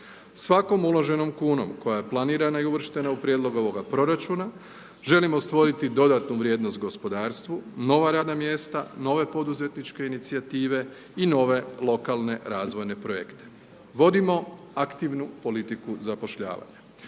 Svakom uloženom kunom koja je planirana i uvrštena u prijedlog ovoga proračuna želimo stvoriti dodatnu vrijednost gospodarstvu, nova radna mjesta, nove poduzetničke inicijative i nove lokalne razvojne projekte. Vodimo aktivnu politiku zapošljavanja